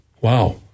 Wow